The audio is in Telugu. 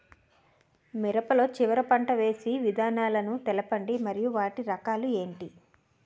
మిరప లో చివర పంట వేసి విధానాలను తెలపండి మరియు వాటి రకాలు ఏంటి